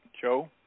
Joe